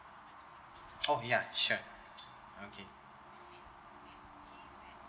oh ya sure okay